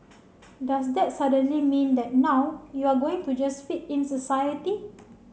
does that suddenly mean that now you're going to just fit in society